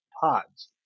pods